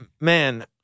man